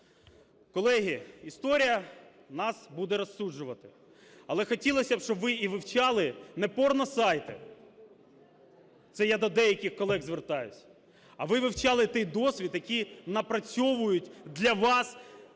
Колеги, історія нас буде розсуджувати. Але хотілося б, щоб ви і вивчали не порносайти, це я до деяких колег звертаюсь, а ви вивчали той досвід, який напрацьовують для вас